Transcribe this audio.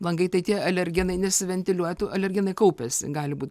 langai tai tie alergenai nesiventiliuoja tų alergenai kaupiasi gali būt